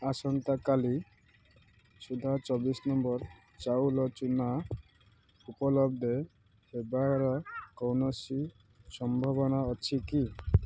ଆସନ୍ତାକାଲି ସୁଦ୍ଧା ଚବିଶ ନମ୍ବର ଚାଉଳ ଚୂନା ଉପଲବ୍ଧି ହେବାର କୌଣସି ସମ୍ଭାବନା ଅଛି କି